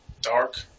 dark